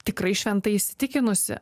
tikrai šventai įsitikinusi